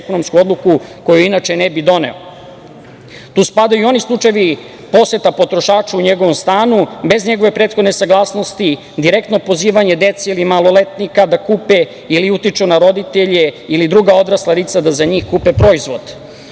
ekonomsku odluku koju inače ne bi doneo. Tu spadaju i oni slučajevi – poseta potrošača u njegovom stanu bez njegove prethodne saglasnosti, direktno pozivanje dece ili maloletnika da kupe ili utiču na roditelje ili druga odrasla lica da za njih kupe proizvod,